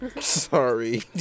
Sorry